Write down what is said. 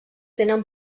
tenen